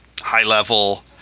high-level